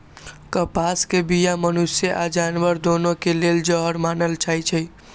कपास के बीया मनुष्य आऽ जानवर दुन्नों के लेल जहर मानल जाई छै